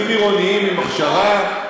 פקחים עירוניים עם הכשרה,